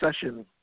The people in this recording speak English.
session